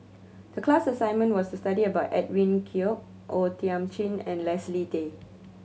the class assignment was to study about Edwin Koek O Thiam Chin and Leslie Tay